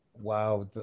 wow